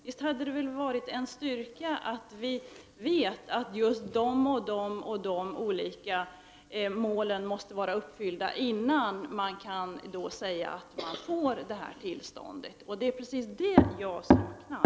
Visst hade det väl varit en styrka att veta att de och de kraven måste vara uppfyllda innan man får tillstånd. Det är det jag saknar.